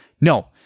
no